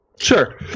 sure